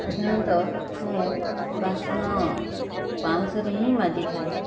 ସାଧାରଣତଃ ମୁଁ ବାସନ ପାଉଁଶରେ ହିଁ ମାଜିଥାଏ